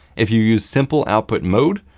if you use simple output mode,